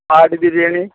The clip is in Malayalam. ആട് ബിരിയാണി